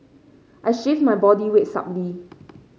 I shift my body weight subtly